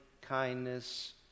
kindness